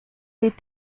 est